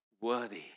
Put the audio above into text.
worthy